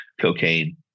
cocaine